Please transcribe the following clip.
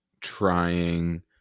trying